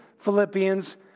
Philippians